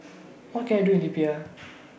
What Can I Do in Libya